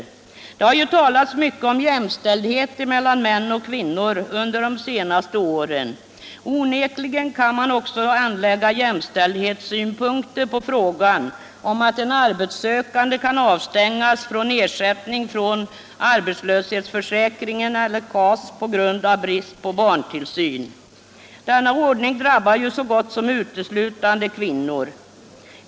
Det har under de senaste åren talats mycket om jämställdhet mellan män och kvinnor. Onekligen kan man också anlägga jämställdhetssynpunkter på frågan att en arbetssökande kan avstängas från ersättning från arbetslöshetsförsäkringen eller KAS på grund av brist på barntillsyn. Denna ordning drabbar så gott som uteslutande kvinnor.